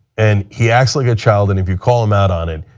and he acts like a child, and if you call him out on it,